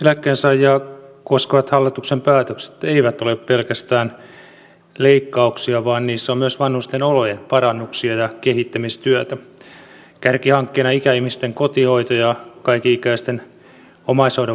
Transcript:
eläkkeensaajia koskevat hallituksen päätökset eivät ole pelkästään leikkauksia vaan niissä on myös vanhusten olojen parannuksia ja kehittämistyötä kärkihankkeina ikäihmisten kotihoito ja kaikenikäisten omaishoidon vahvistaminen